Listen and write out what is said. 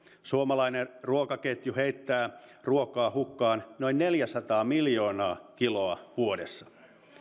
suomalainen ruokaketju heittää ruokaa hukkaan noin neljäsataa miljoonaa kiloa vuodessa